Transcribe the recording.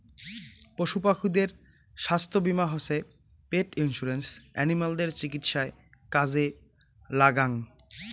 পশু পাখিদের ছাস্থ্য বীমা হসে পেট ইন্সুরেন্স এনিমালদের চিকিৎসায় কাজে লাগ্যাঙ